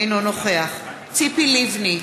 אינו נוכח ציפי לבני,